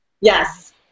Yes